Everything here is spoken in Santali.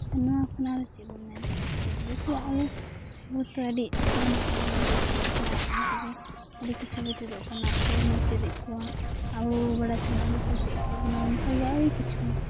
ᱱᱚᱣᱟ ᱠᱷᱚᱱᱟᱜ ᱪᱮᱫ ᱵᱚᱱ ᱢᱮᱱ ᱠᱮᱭᱟ ᱪᱮᱫ ᱡᱚᱛᱚᱣᱟᱜ ᱜᱮ ᱱᱤᱛᱚᱜ ᱟᱹᱰᱤ ᱟᱥᱟᱱ ᱠᱟᱱᱟ ᱵᱚᱱ ᱛᱚ ᱥᱢᱟᱨᱴ ᱯᱷᱳᱱ ᱛᱮᱜᱮ ᱟᱹᱰᱤ ᱠᱤᱪᱷᱩ ᱵᱚᱱ ᱪᱮᱫᱚᱜ ᱠᱟᱱᱟ ᱦᱚᱲ ᱵᱚᱱ ᱪᱮᱫ ᱮᱜ ᱠᱚᱣᱟ ᱟᱵᱚ ᱵᱚᱱ ᱵᱟᱲᱟᱭ ᱛᱟᱦᱮᱱᱟ ᱟᱵᱚ ᱠᱚ ᱪᱮᱫ ᱠᱮᱜ ᱵᱚᱱᱟ ᱚᱱᱟᱜᱮ ᱟᱹᱰᱤ ᱠᱤᱪᱷᱩ